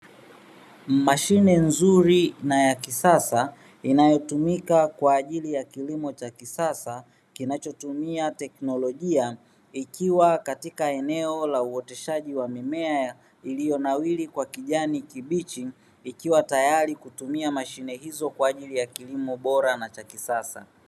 Mashine nzuri na ya kisasa inayotumika kwa ajili ya kilimo cha kisasa kinachotumia teknolojia ikiwa katika eneo la uoteshaji wa mimea iliyonawiri kwa kijani kibichi, ikiwa tayari kutumia mashine hizo kwa ajili ya kilimo bora na cha kisasa.